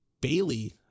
Bailey